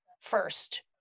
first